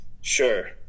Sure